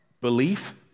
belief